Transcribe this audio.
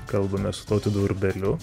kalbamės su tautvydu urbeliu